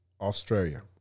Australia